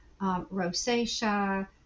rosacea